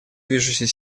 движущей